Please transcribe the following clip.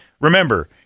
Remember